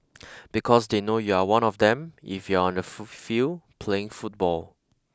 because they know you are one of them if you are on the field playing football